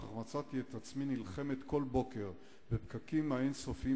וכך מצאתי את עצמי נלחמת כל בוקר בפקקים האין-סופיים